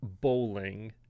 bowling